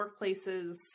workplaces